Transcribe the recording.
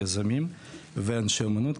יזמים ואנשי אומנות,